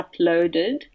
uploaded